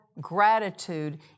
gratitude